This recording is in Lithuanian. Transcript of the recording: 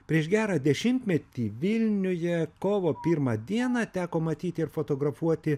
prieš gerą dešimtmetį vilniuje kovo pirmą dieną teko matyti ir fotografuoti